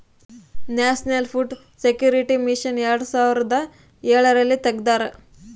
national food security mission ಎರಡು ಸಾವಿರದ ಎಳರಲ್ಲಿ ತೆಗ್ದಾರ